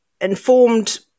informed